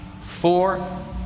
four